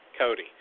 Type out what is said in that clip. Cody